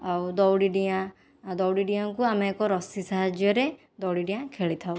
ଆଉ ଦୌଡ଼ି ଡିଆଁ ଦୌଡ଼ି ଡିଆଁକୁ ଆମେ ଏକ ରଶି ସାହାଯ୍ୟରେ ଦୌଡ଼ି ଡିଆଁ ଖେଳିଥାଉ